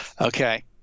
okay